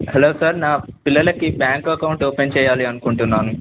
hello sir నా పిల్లలకి bank account open చెయ్యాలి అనుకుంటున్నాను